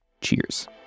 Cheers